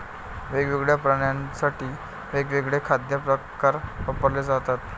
वेगवेगळ्या प्राण्यांसाठी वेगवेगळे खाद्य प्रकार वापरले जातात